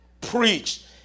preached